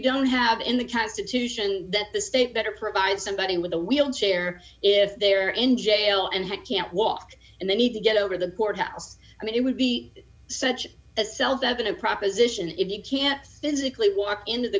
don't have in the constitution that the states that are provided somebody with a wheelchair if they are in jail and he can't walk and they need to get over the courthouse i mean it would be such a self evident proposition if you can't physically walk into the